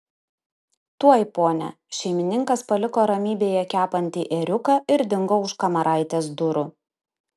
tuoj pone šeimininkas paliko ramybėje kepantį ėriuką ir dingo už kamaraitės durų